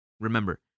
Remember